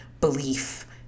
belief